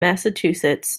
massachusetts